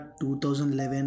2011